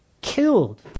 killed